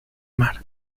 mar